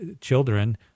children